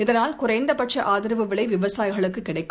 இதனால் குறைந்த பட்ச ஆதரவு விலை விவசாயிகளுக்குக் கிடைக்கும்